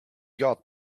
got